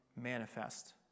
manifest